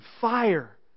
fire